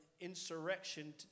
insurrection